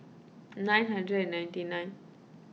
nine hundred ninety nine